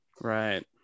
Right